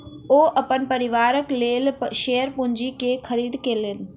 ओ अपन परिवारक लेल शेयर पूंजी के खरीद केलैन